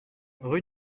rue